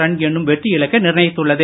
run என்னும் வெற்றி இலக்கை நிர்ணயித்துள்ளது